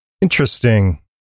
Interesting